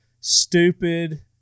stupid